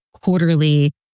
quarterly